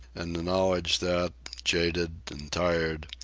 and the knowledge that, jaded and tired,